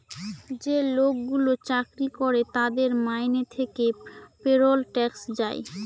যে লোকগুলো চাকরি করে তাদের মাইনে থেকে পেরোল ট্যাক্স যায়